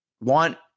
want –